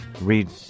Read